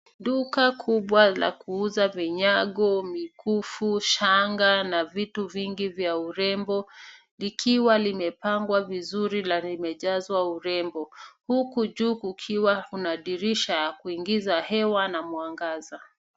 Duka kubwa la kuuza vinyago, mikufu, shanga na vitu vingi vya urembo likiwa limepangwa vizuri na limejazwa urembo huku juu kukiwa kuna dirisha ya kuingiza hewa na mwangaza.